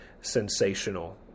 sensational